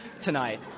tonight